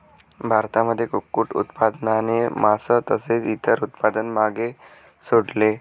भारतामध्ये कुक्कुट उत्पादनाने मास तसेच इतर उत्पादन मागे सोडले